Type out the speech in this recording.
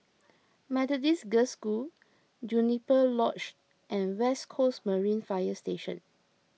Methodist Girls' School Juniper Lodge and West Coast Marine Fire Station